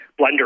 blender